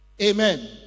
Amen